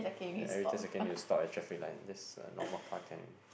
every ten seconds need to stop at traffic light just uh normal car can already